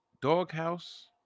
doghouse